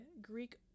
Greek